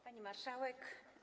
Pani Marszałek!